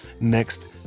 next